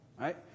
Right